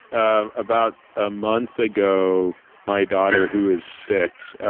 ah about a month ago my daughter who is six,